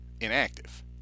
inactive